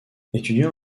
étudiant